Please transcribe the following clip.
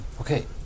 Okay